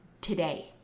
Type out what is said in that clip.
today